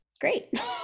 Great